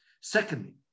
Secondly